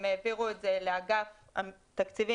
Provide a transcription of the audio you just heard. והם העבירו את זה לאגף תקציבים,